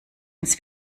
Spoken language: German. ins